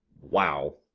wow